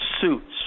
Suits